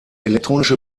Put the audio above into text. elektronische